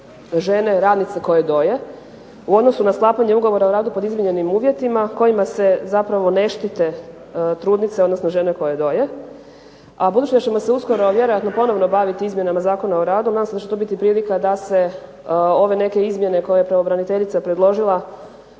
žene radnice koje doje u odnosu na sklapanje ugovora o radu pod izmijenjenim uvjetima kojima se zapravo ne štite trudnice odnosno žene koje doje. A budući da ćemo se uskoro vjerojatno ponovno baviti Izmjenama Zakona o radu nadam se da će to biti prilika da se ove neke izmjene koje je pravobraniteljica predložila